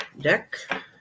deck